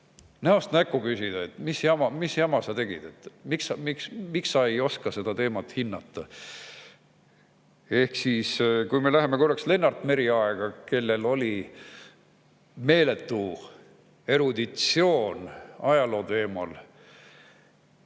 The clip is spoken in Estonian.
näost näkku küsida, et mis jama sa tegid, miks sa ei oska seda teemat hinnata. Ehk siis, kui me läheme korraks tagasi Lennart Meri aega, kellel oli meeletu eruditsioon ajaloo teemal,